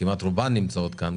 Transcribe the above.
כמעט רובן נמצאות כאן,